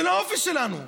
זה לא האופי שלנו.